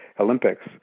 Olympics